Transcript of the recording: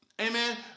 Amen